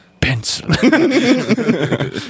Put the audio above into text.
pencil